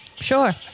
Sure